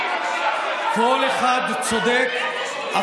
כל אחד צודק,